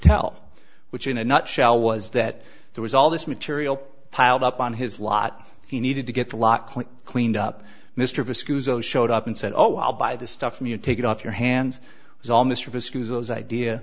tell which in a nutshell was that there was all this material piled up on his lot he needed to get a lot closer cleaned up mr fisk showed up and said oh i'll buy the stuff from you take it off your hands